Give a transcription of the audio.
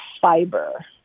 fiber